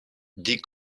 des